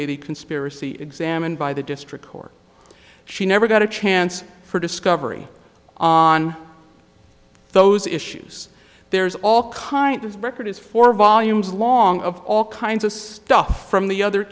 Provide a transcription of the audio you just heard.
hundred conspiracy examined by the district court she never got a chance for discovery on those issues there's all kinds of records for volumes long of all kinds of stuff from the other